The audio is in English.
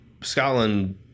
Scotland